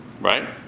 right